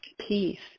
peace